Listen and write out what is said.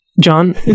John